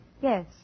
Yes